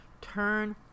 turn